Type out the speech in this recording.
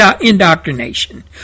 indoctrination